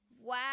Wow